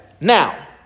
Now